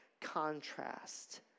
contrast